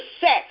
sex